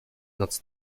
noc